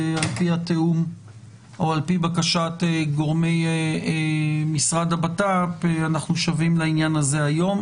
ועל פי בקשת גורמי משרד הבט"פ אנחנו שבים לעניין הזה היום.